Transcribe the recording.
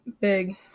big